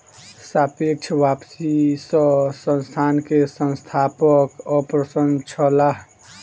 सापेक्ष वापसी सॅ संस्थान के संस्थापक अप्रसन्न छलाह